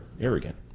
arrogant